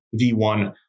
V1